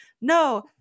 No